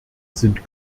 sind